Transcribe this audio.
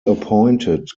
appointed